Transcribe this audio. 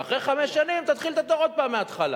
ואחרי חמש שנים תתחיל את התור עוד פעם מההתחלה.